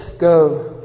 go